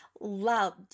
loved